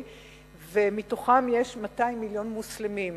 מתוכם 200 מיליון מוסלמים.